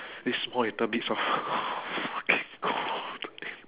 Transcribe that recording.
these small little meats orh !wah! fucking cold